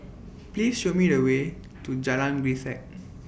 Please Show Me The Way to Jalan Grisek